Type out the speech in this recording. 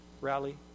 rally